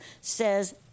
says